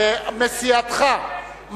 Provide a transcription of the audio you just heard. מסיעתך,